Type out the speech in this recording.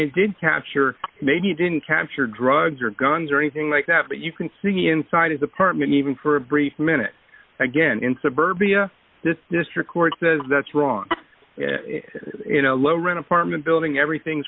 he did capture maybe didn't capture drugs or guns or anything like that but you can see inside his apartment even for a brief minute again in suburbia district court says that's wrong low rent apartment building everything's